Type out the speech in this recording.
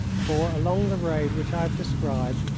for, along the road which i have described,